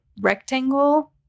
rectangle